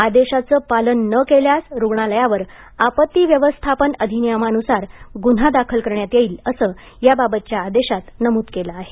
आदेशाचे पालन न केल्यास रुग्णालयावर आपत्ती व्यवस्थापन अधिनियमानुसार गुन्हा दाखल करण्यात येईल असं याबाबतच्या आदेशात नमूद आहे